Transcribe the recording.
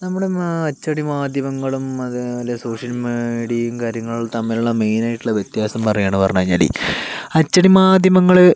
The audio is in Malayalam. നമ്മടെ മാ അച്ചടി മാധ്യമങ്ങളും അതേപോലെ സോഷ്യൽ മീഡിയയും കാര്യങ്ങളും തമ്മിലുള്ള മെയിനായിട്ടുള്ള വ്യത്യാസം പറയാൻ പറഞ്ഞ് കഴിഞ്ഞാൽ അച്ചടി മാധ്യമങ്ങൾ